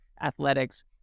Athletics